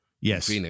Yes